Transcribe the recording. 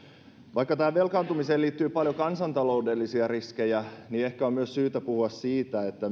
vaikka tähän velkaantumiseen liittyy paljon kansantaloudellisia riskejä niin ehkä on syytä puhua myös siitä